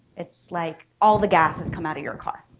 it's like all the gas has come out of your car.